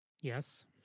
yes